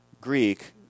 Greek